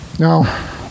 Now